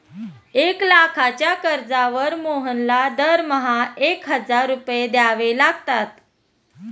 एक लाखाच्या कर्जावर मोहनला दरमहा एक हजार रुपये द्यावे लागतात